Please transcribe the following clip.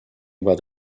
about